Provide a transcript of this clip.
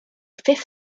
fifth